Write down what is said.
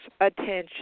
attention